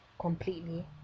completely